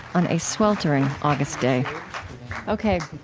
on a sweltering august day okay,